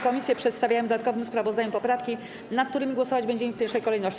Komisje przedstawiają w dodatkowym sprawozdaniu poprawki, nad którymi głosować będziemy w pierwszej kolejności.